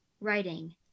writing